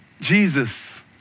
Jesus